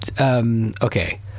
Okay